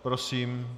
Prosím.